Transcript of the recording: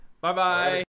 Bye-bye